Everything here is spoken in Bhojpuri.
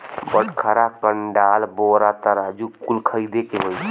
बटखरा, कंडाल, बोरा, तराजू कुल खरीदे के होई